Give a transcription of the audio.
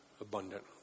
abundant